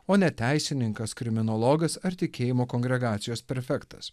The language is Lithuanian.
o ne teisininkas kriminologas ar tikėjimo kongregacijos prefektas